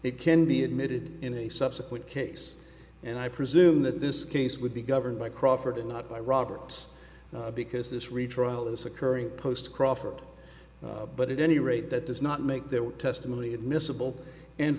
it can be admitted in a subsequent case and i presume that this case would be governed by crawford and not by roberts because this retrial is occurring post crawford but in any rate that does not make their testimony admissible and